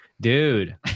dude